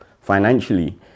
financially